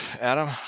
adam